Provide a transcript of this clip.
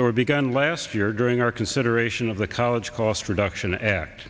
there were begun last year during our consideration of the college cost reduction act